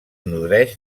nodreix